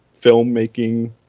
filmmaking